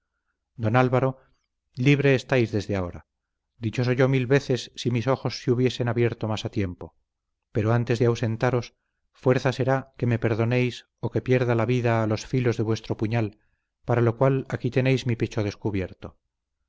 don álvaro libre estáis desde ahora dichoso yo mil veces si mis ojos se hubiesen abierto más a tiempo pero antes de ausentaros fuerza será que me perdonéis o que pierda la vida a los filos de vuestro puñal para lo cual aquí tenéis mi pecho descubierto